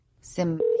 Sim